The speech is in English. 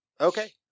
Okay